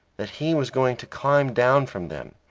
that he was going to climb down from them,